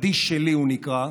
"הקדיש שלי", הוא נקרא,